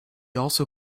also